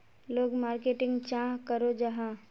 लोग मार्केटिंग चाँ करो जाहा?